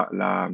la